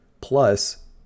plus